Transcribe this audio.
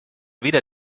weder